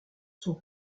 sont